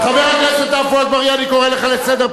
חבר הכנסת עפו אגבאריה, לזרים.